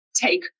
take